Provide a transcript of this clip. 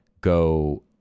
go